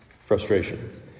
Frustration